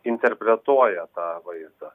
interpretuoja tą vaizdą